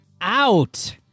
out